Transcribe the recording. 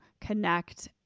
connect